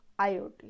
IoT